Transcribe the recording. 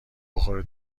بخوره